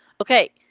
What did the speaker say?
Okay